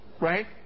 right